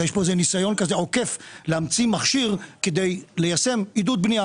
יש כאן איזה ניסיון עוקף להמציא מכשיר כדי ליישם עידוד בנייה